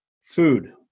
food